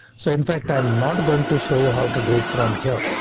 so in fact i'm not going to show you how to do it from here.